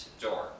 door